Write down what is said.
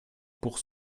pour